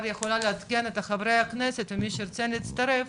יכולה לעדכן את חה"כ ומי שירצה יצטרף,